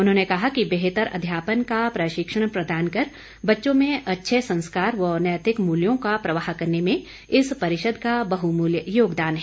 उन्होंने कहा कि बेहतर अध्यापन का प्रशिक्षण प्रदान कर बच्चों में अच्छे संस्कार व नैतिक मूल्यों का प्रवाह करने में इस परिषद का बहमूल्य योगदान है